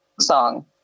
song